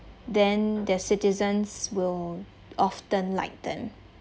then their citizens will often lighten